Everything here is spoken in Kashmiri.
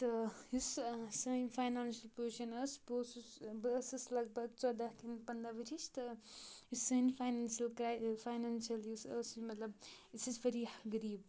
تہٕ یُس سہٕ سٲنۍ فاینانشَل پُزِشَن ٲس بہٕ اوسُس بہٕ ٲسٕس لگ بگ ژۄداہ کِنۍ پَنٛداہ ؤرِش تہٕ یُس سٲنۍ فاینانشَل کرٛاے فاینانشَل یُس ٲسۍ مطلب أسۍ ٲسۍ واریاہ غریٖب